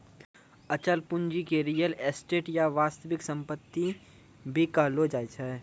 अचल पूंजी के रीयल एस्टेट या वास्तविक सम्पत्ति भी कहलो जाय छै